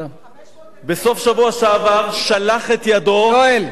בסוף השבוע שעבר שלח את ידו, יואל.